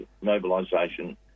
mobilisation